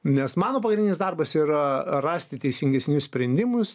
nes mano pagrindinis darbas yra rasti teisingesnius sprendimus